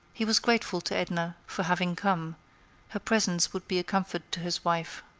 he was grateful to edna for having come her presence would be a comfort to his wife.